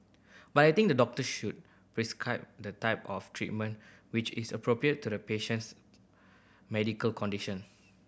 but I think doctors should prescribe the type of treatment which is appropriate to the patient's medical condition